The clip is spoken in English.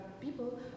people